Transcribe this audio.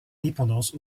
dépendance